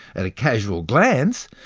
at a casual glance,